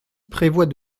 prévoit